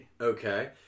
Okay